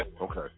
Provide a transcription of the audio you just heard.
Okay